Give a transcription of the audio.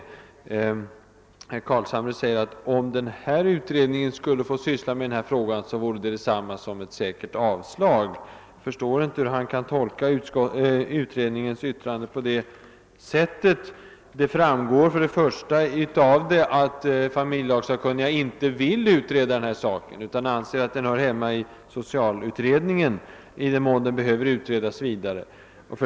Herr Carlshamre säger att om den utredningen skulle få syssla med frågan, så vore detta detsamma som ett säkert avslag. Jag förstår inte hur herr Carlshamre kan tolka utredningens yttrande på det sättet. För det första framgår det av yttrandet att familjelagssakunniga inte vill utreda denna sak utan anser att den hör hemma i socialutredningen i den mån den behöver utredas vidare.